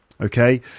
okay